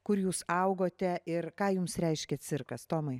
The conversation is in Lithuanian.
kur jūs augote ir ką jums reiškia cirkas tomai